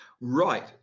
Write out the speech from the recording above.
right